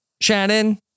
Shannon